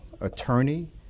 attorney